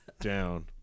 Down